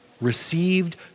received